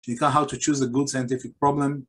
כאילו, איך לבחור בעייה מדעית טובה.